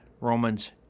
Romans